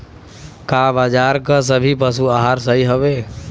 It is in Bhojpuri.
का बाजार क सभी पशु आहार सही हवें?